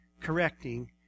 correcting